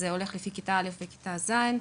זה הולך לפי כיתה א׳ עד כיתה ז׳,